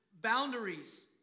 boundaries